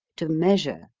to measure,